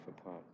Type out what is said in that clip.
apart